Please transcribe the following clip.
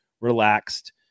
relaxed